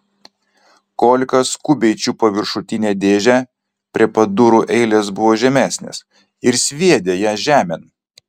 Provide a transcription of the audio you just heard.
kolka skubiai čiupo viršutinę dėžę prie pat durų eilės buvo žemesnės ir sviedė ją žemėn